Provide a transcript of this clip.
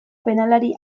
penalari